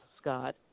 Scott